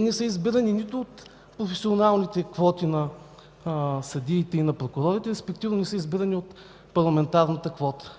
не са избирани нито от професионалните квоти на съдиите и прокурорите, респективно не са избирани от парламентарната квота.